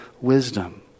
wisdom